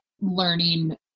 learning